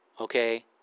Okay